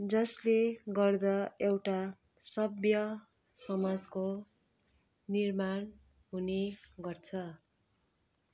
जसले गर्दा एउटा सभ्य समाजको निर्माण हुने गर्छ